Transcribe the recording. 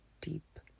deep